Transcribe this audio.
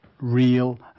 real